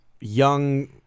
young